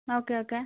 okay okay